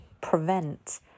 prevent